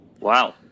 Wow